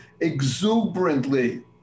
exuberantly